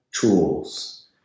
tools